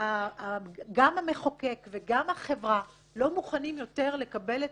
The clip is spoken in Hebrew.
גם המחוקק וגם החברה לא מוכנים יותר לקבל את